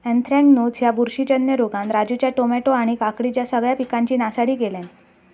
anthracnose ह्या बुरशीजन्य रोगान राजूच्या टामॅटो आणि काकडीच्या सगळ्या पिकांची नासाडी केल्यानं